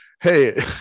hey